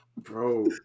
Bro